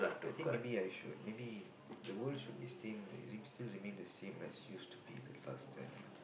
I think maybe I should maybe the world should be same still remain the same as it used to be the last time ah